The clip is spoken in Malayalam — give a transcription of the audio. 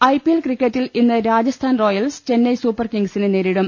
ഐ പി എൽ ക്രിക്കറ്റിൽ ഇന്ന് രാജസ്ഥൻ റോയൽസ് ചെന്നൈ സൂപ്പർകിംഗ്സിനെ നേരിടും